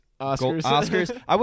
Oscars